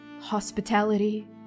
hospitality